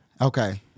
Okay